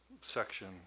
section